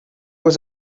was